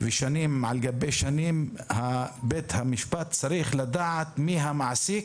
ושנים על גבי שנים בית המשפט צריך לדעת מי המעסיק,